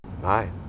Hi